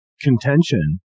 contention